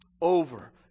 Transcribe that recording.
Over